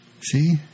See